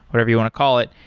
whatever you want to call it,